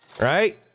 right